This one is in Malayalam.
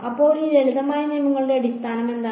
അപ്പോൾ ഈ ലളിതമായ നിയമങ്ങളുടെ അടിസ്ഥാനം എന്താണ്